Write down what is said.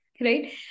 Right